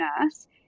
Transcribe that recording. nurse